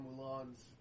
Mulan's